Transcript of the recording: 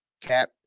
Cap